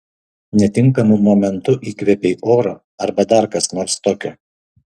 netinkamu momentu įkvėpei oro arba dar kas nors tokio